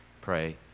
pray